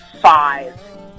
five